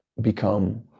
become